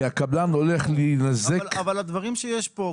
כי הקבלן הולך להינזק --- אבל הדברים שיש פה,